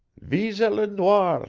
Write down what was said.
visa le noir,